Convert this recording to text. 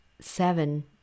seven